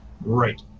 Right